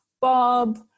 Bob